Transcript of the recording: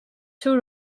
two